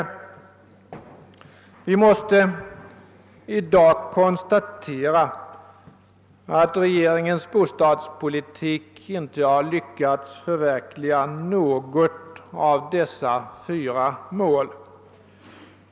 Vi måste i dag konstatera att regeringen med sin bostadspolitik inte har lyckats att förverkliga något av dessa fyra mål.